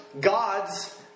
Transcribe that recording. God's